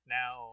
now